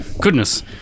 goodness